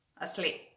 asleep